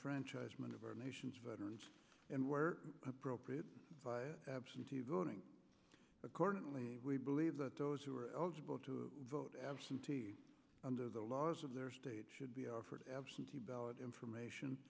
enfranchise many of our nation's veterans and where appropriate absentee voting accordingly we believe that those who are eligible to vote absentee under the laws of their state should be offered absentee ballot information